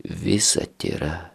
visa tėra